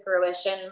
fruition